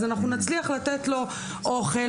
אז אנחנו נצליח לתת לו אוכל,